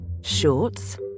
Shorts